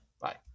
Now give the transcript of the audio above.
Bye